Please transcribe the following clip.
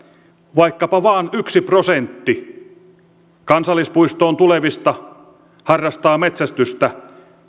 vaikkapa vain yksi prosentti kansallispuistoon tulevista harrastaa metsästystä